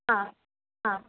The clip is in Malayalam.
ആ ആ